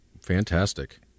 Fantastic